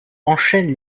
enchaîne